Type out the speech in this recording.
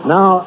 Now